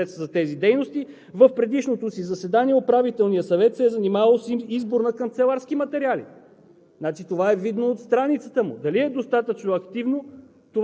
септември 2020 г., когато е отпуснало определени средства за тези дейности. В предишното си заседание Управителният съвет се е занимавал с избор на канцеларски материали.